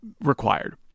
required